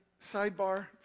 sidebar